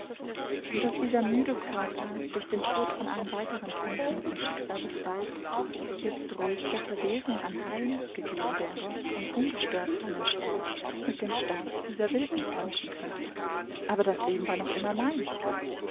und daß dieser müde körper durch den tod von allen weiteren kämpfen mit dem schicksal befreit jetzt ruhig der verwesung anheim gegeben wäre und ungestört seinen staub mit dem staub dieser wildnis vermischen könnte aber das leben war noch immer mein